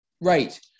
Right